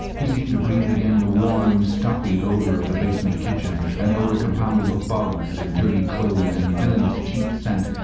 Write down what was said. he seemed to breathe again the warm stuffy odour of the basement kitchen, an odour compounded of bugs and dirty clothes and villainous cheap scent,